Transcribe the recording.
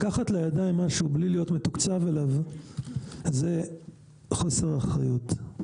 לקחת לידיים משהו בלי להיות מתוקצב אליו זה חוסר אחריות.